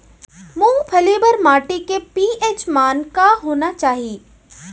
मूंगफली बर माटी के पी.एच मान का होना चाही?